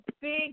big